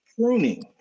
pruning